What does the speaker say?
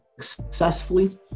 successfully